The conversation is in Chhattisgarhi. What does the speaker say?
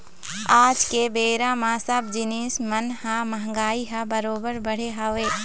आज के बेरा म सब जिनिस मन म महगाई ह बरोबर बढ़े हवय